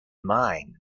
mind